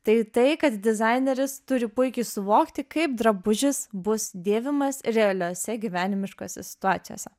tai tai kad dizaineris turi puikiai suvokti kaip drabužis bus dėvimas realiose gyvenimiškose situacijose